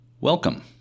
Welcome